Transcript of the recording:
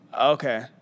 Okay